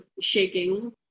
shaking